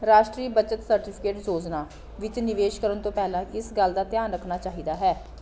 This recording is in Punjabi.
ਰਾਸ਼ਟਰੀ ਬੱਚਤ ਸਰਟੀਫਿਕੇਟ ਯੋਜਨਾ ਵਿੱਚ ਨਿਵੇਸ਼ ਕਰਨ ਤੋਂ ਪਹਿਲਾ ਕਿਸ ਗੱਲ ਦਾ ਧਿਆਨ ਰੱਖਣਾ ਚਾਹੀਦਾ ਹੈ